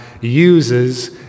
uses